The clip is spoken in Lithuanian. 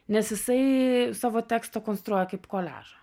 nes jisai savo tekstą konstruoja kaip koliažą